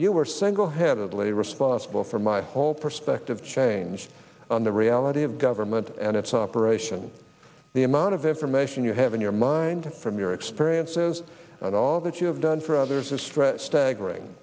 you are single handedly responsible for my whole perspective change the reality of government and its operation the amount of information you have in your mind from your experiences and all that you have done for others who stress staggering